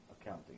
Accounting